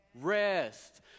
rest